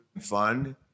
fun